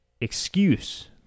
excuse